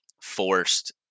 forced